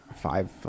five